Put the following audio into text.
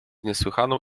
niesłychaną